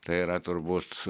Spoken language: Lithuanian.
tai yra turbūt